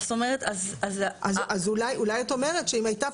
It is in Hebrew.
אז אנחנו אמרנו שהצו יינתן או בידי השר